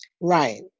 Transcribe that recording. Right